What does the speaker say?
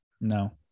No